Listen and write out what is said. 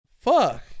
Fuck